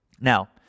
Now